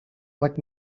what